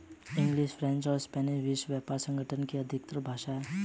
English, French और Spanish विश्व व्यापार संगठन की आधिकारिक भाषाएं है